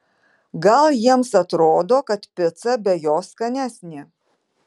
gal jiems atrodo kad pica be jo skanesnė